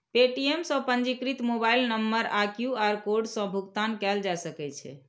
Paytm सं पंजीकृत mobile number आ क्यू.आर कोड सं भुगतान कैल जा सकै छै